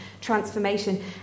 transformation